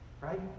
Right